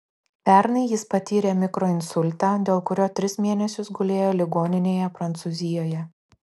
pernai jis patyrė mikroinsultą dėl kurio tris mėnesius gulėjo ligoninėje prancūzijoje